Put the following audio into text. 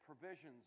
provisions